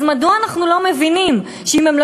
אז מדוע אנחנו לא מבינים שאם הם לא